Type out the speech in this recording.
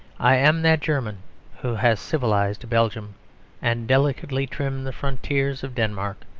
i am that german who has civilised belgium and delicately trimmed the frontiers of denmark.